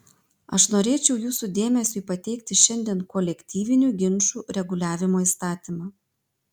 aš norėčiau jūsų dėmesiui pateikti šiandien kolektyvinių ginčų reguliavimo įstatymą